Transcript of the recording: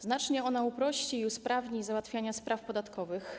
Znacznie ona uprości i usprawni załatwianie spraw podatkowych.